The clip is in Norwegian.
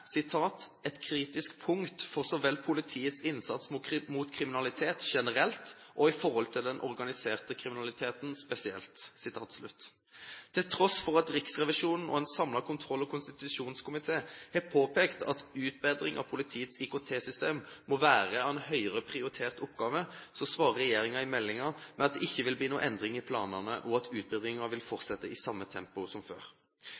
kritisk punkt for så vel politiets innsats mot kriminalitet generelt og i forhold til den organiserte kriminaliteten spesielt». Til tross for at Riksrevisjonen og en samlet kontroll- og konstitusjonskomité har påpekt at utbedringen av politiets IKT-system må være en høyere prioritert oppgave, svarer regjeringen i meldingen med at det ikke vil bli noen endringer i planene, og at utbedringen vil fortsette i det samme tempoet som før.